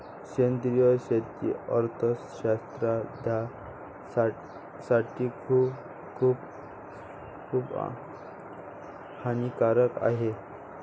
सेंद्रिय शेती अर्थशास्त्रज्ञासाठी खूप हानिकारक आहे